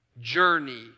journey